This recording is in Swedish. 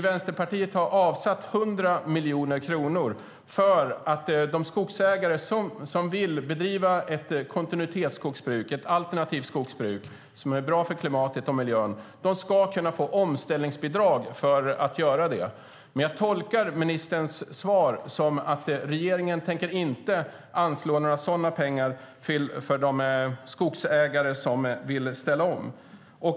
Vänsterpartiet har avsatt 100 miljoner kronor för att de skogsägare som vill bedriva ett kontinuitetsskogsbruk som är bra för klimat och miljö ska kunna få omställningsbidrag för att göra det. Jag tolkar dock ministerns svar som att regeringen inte tänker anslå några sådana pengar till de skogsägare som vill ställa om.